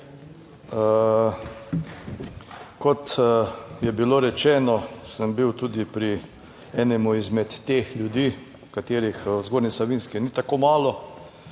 Kot je bilo rečeno, sem bil tudi pri enemu izmed teh ljudi, katerih Zgornje Savinjske ni tako malo,